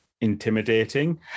intimidating